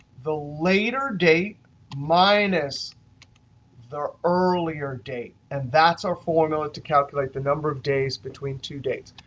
the later date minus the earlier date, and that's a formula to calculate the number of days between two date.